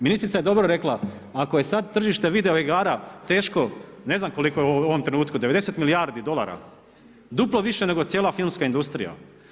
Ministrica je dobro rekla ako je sada tržište video igara teško, ne znam koliko je u ovom trenutku, 90 milijardi dolara, duplo više nego cijela filmska industrija.